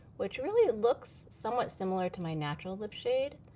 which really looks somewhat similar to my natural lip shade,